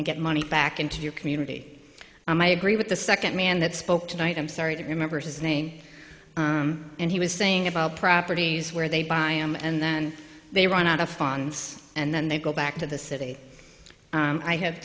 and get money back into your community and i agree with the second man that spoke tonight i'm sorry to remember his name and he was saying about properties where they buy em and then they run out of funds and then they go back to the city i have